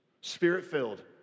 spirit-filled